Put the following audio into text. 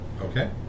Okay